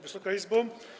Wysoka Izbo!